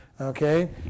Okay